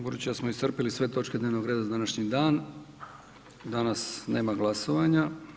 Budući da smo iscrpili sve točke dnevnog reda za današnji dan, danas nema glasovanja.